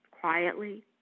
quietly